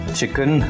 chicken